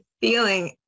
feeling